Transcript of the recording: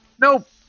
Nope